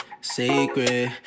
secret